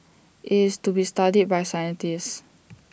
IT is to be studied by scientists